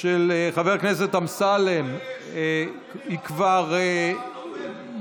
של חבר הכנסת אמסלם, היא כבר נומקה,